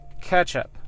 Ketchup